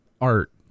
art